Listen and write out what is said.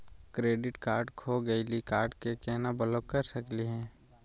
Credit card खो गैली, card क केना ब्लॉक कर सकली हे?